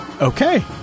okay